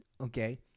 Okay